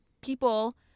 people